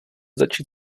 začít